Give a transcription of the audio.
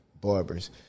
barbers